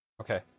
Okay